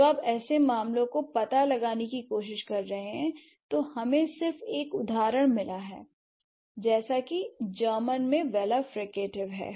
जब आप ऐसे मामलों का पता लगाने की कोशिश कर रहे हैं तो हमें सिर्फ एक उदाहरण मिला है जैसा कि जर्मन में वेलर फ्रिकेटिव है